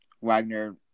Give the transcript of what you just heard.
Wagner